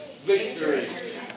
Victory